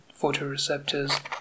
photoreceptors